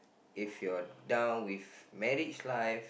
if you're down with marriage life